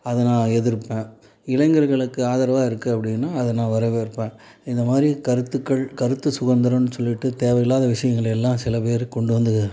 அதை நான் எதிர்ப்பேன் இளைஞர்களுக்கு ஆதரவாக இருக்குது அப்படினால் அதை நான் வரவேற்பேன் இந்தமாதிரி கருத்துக்கள் கருத்து சுதந்திரம்னு சொல்லிகிட்டு தேவை இல்லாத விஷயங்களை எல்லாம் சில பேர் கொண்டு வந்து